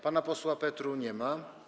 Pana posła Petru nie ma.